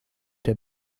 der